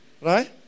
Right